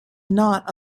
not